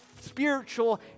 spiritual